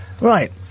Right